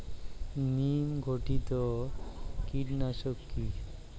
নিম ঘটিত কীটনাশক কি?